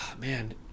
man